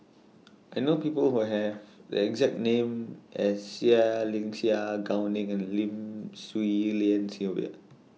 I know People Who Have The exact name as Seah Liang Seah Gao Leg Ning and Lim Swee Lian Sylvia